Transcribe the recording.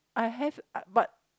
I have uh but